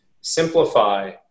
simplify